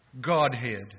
Godhead